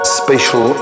spatial